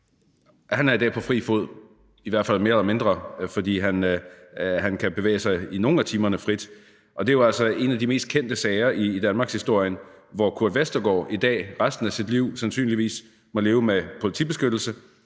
– er i dag på fri fod, i hvert fald mere eller mindre, for han kan i nogle af timerne bevæge sig frit. Det er jo altså en af de mest kendte sager i danmarkshistorien, hvor Kurt Westergaard i dag og resten af sit liv sandsynligvis må leve med politibeskyttelse